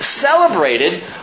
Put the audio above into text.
celebrated